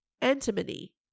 Antimony